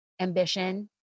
ambition